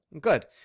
Good